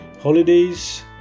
holidays